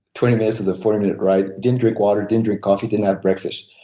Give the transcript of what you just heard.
twenty minutes of the forty minute ride, didn't drink water, didn't drink coffee, didn't have breakfast.